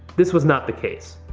this was not the case.